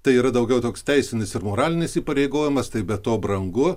tai yra daugiau toks teisinis ir moralinis įpareigojimas tai be to brangu